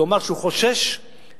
הוא אמר שהוא חושש שהכנסת